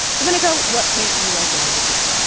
domenico, what can't you let go this week?